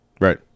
Right